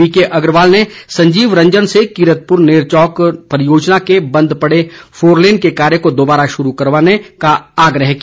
BK Agrawal ने संजीव रंजन से कीरतपुर नैरचौक परियोजनाओं के बंद पड़े फोरलेन के कार्य को दोबारा शुरू करवाने का आग्रह किया